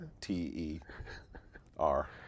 T-E-R